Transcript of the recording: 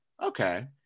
okay